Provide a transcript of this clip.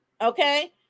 okay